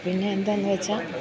പിന്നെ എന്താണെന്ന് വച്ചാൽ